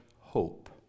hope